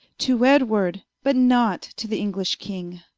to edward, but not to the english king